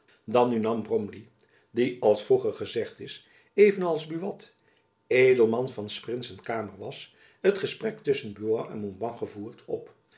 dan nu nam bromley die als vroeger gezegd is even als buat edelman van s prinsen kamer was het gesprek tusschen buat en montbas gevoerd op